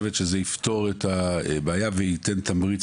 חושבת שזה יפתור את הבעיה וייתן תמריץ